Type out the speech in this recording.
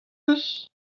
eus